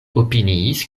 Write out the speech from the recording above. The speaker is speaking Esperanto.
opiniis